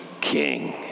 king